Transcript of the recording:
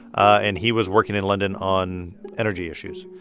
and he was working in london on energy issues.